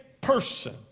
person